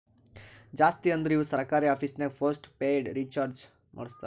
ಜಾಸ್ತಿ ಅಂದುರ್ ಇವು ಸರ್ಕಾರಿ ಆಫೀಸ್ನಾಗ್ ಪೋಸ್ಟ್ ಪೇಯ್ಡ್ ರೀಚಾರ್ಜೆ ಮಾಡಸ್ತಾರ